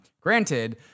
Granted